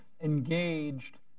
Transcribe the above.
engaged